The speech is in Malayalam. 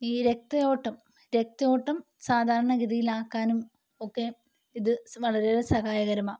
ഈ രക്തയോട്ടം രക്തയോട്ടം സാധാരണ ഗതിയിലാക്കാനും ഒക്കെ ഇത് വളരെയേറെ സഹായകരമാണ്